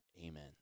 amen